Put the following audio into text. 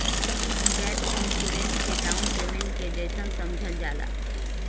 gap insurance के down payment के जइसन समझल जाला